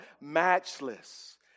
Matchless